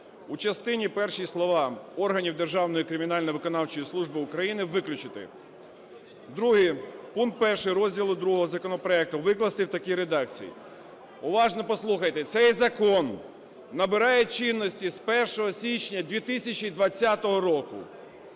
"у частині першій слова "органів Державної кримінально-виконавчої служби України" виключити". Друге. Пункт 1 розділу ІІ законопроекту викласти в такій редакції, уважно послухайте! "Цей закон набирає чинності з 1 січня 2020 року,